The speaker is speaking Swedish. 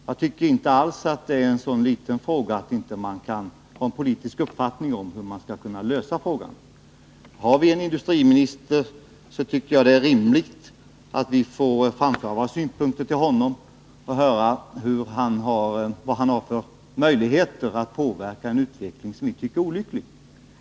Jag tycker inte alls att det är en så liten fråga att man inte kan ha en politisk uppfattning om hur man skall kunna lösa den. Har vi en industriminister är det rimligt att vi får framföra våra synpunkter till honom för att höra vad han har för möjligheter att påverka en utveckling som vi tycker är olycklig.